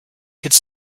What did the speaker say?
could